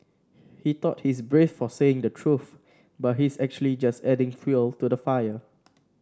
he thought he's brave for saying the truth but he's actually just adding fuel to the fire